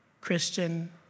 Christian